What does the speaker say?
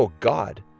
so god?